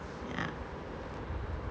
ya